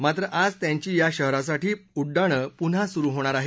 मात्र आज त्यांची या शहरासाठी उड्डाणं पुन्हा सुरू होणार आहेत